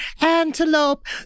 antelope